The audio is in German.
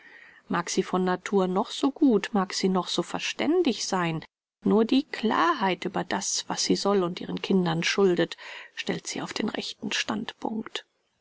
sie von natur noch so gut mag sie noch so verständig sein nur die klarheit über das was sie soll und ihren kindern schuldet stellt sie auf den rechten standpunkt